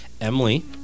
Emily